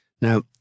Now